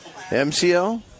MCL